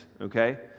okay